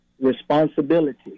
Responsibility